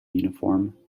uniform